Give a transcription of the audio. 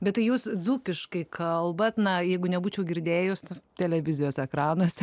bet tai jūs dzūkiškai kalbat na jeigu nebūčiau girdėjus televizijos ekranuose